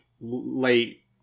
late